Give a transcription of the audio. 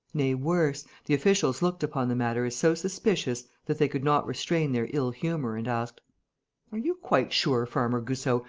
nay, worse, the officials looked upon the matter as so suspicious that they could not restrain their ill-humour and asked are you quite sure, farmer goussot,